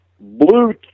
blue